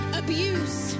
abuse